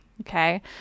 Okay